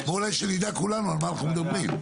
ככה נדע כולנו על מה אנחנו מדברים.